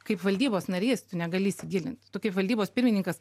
kaip valdybos narys tu negali įsigilint kaip valdybos pirmininkas